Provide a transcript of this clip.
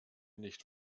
nicht